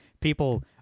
people